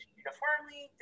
uniformly